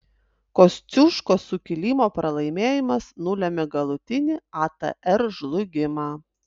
kosciuškos sukilimo pralaimėjimas nulėmė galutinį atr žlugimą